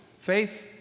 Faith